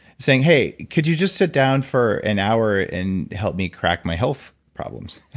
saying hey, could you just sit down for an hour and help me crack my health problems.